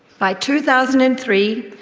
by two thousand and three,